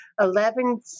Eleven